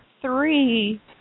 three